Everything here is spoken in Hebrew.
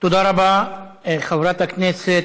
תודה רבה, חברת הכנסת.